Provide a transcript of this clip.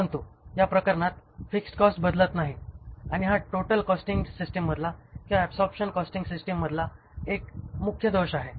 परंतु या प्रकरणात फिक्स्ड कॉस्ट बदलत नाही आणि हा टोटल कॉस्टिंग सिस्टिममधला किंवा ऍबसॉरबशन कॉस्टिंग सिस्टिममधला हा एक मुख्य दोष आहे